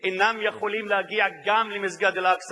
אינם יכולים להגיע למסגד אל-אקצא.